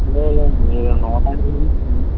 లేదు లేదు మీరు